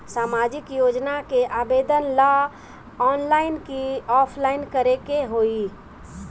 सामाजिक योजना के आवेदन ला ऑनलाइन कि ऑफलाइन करे के होई?